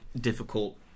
difficult